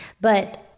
but-